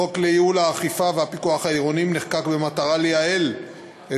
החוק לייעול האכיפה והפיקוח העירוניים נחקק במטרה לייעל את